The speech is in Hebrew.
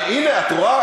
הנה, את רואה?